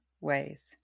ways